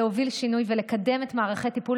להוביל שינוי ולקדם את מערכי הטיפול